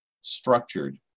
structured